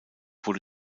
wurde